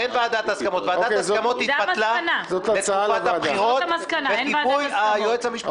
ועדת הסכמות התבטלה בתקופת הבחירות בגיבוי היועץ המשפטי.